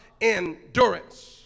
endurance